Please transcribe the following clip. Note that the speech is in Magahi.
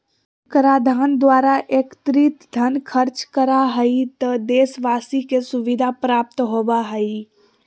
कराधान द्वारा एकत्रित धन खर्च करा हइ त देशवाशी के सुविधा प्राप्त होबा हइ